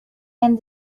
and